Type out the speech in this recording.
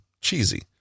cheesy